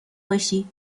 باشی